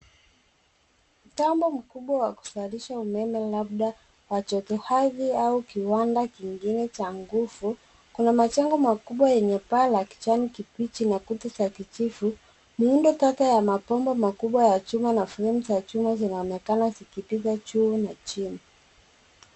Mtambo mkubwa wa kuzalisha labda wa joto ardhi au kiwanda kingine cha nguvu. Kuna majengo makubwa yenye paa la kijani kibichi na kuta za kijivu. Miundo tata ya mabomba makubwa ya chuma na fremu za chuma zinaonekana zikipita juu na chini.